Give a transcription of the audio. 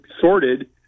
sorted